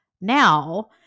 now